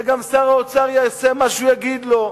וגם שר האוצר יעשה מה שהוא יגיד לו.